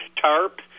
tarp